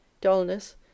dullness